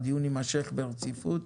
הדיון יימשך ברציפות.